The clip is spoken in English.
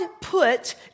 put